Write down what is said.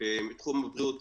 בתחום הבריאות